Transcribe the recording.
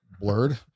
blurred